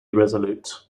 resolute